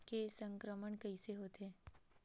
के संक्रमण कइसे होथे?